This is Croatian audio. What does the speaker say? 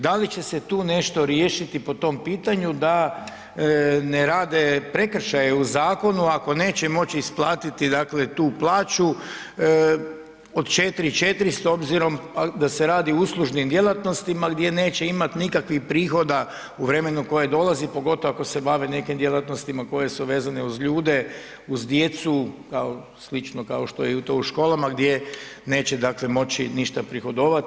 Da li će se tu nešto riješiti po tom pitanju da ne rade prekršaje u zakonu ako neće moći isplatiti tu plaću od 4.400 s obzirom da se radi o uslužnim djelatnostima gdje neće imati nikakvih prihoda u vremenu koje dolazi, pogotovo ako se bave nekim djelatnostima koje su vezane uz ljude, uz djecu slično kao što je to u školama gdje neće moći ništa prihodovati?